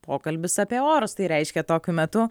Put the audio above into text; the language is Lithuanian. pokalbis apie orus tai reiškia tokiu metu